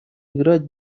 играть